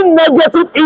negative